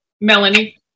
Melanie